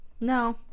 No